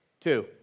two